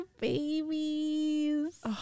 Babies